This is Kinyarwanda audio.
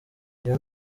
iyo